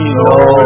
no